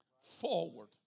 forward